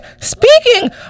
speaking